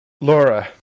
Laura